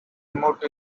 motto